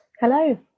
Hello